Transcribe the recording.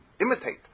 imitate